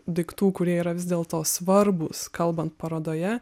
daiktų kurie yra vis dėlto svarbūs kalbant parodoje